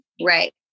Right